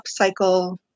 upcycle